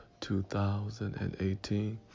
2018